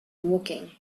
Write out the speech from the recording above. woking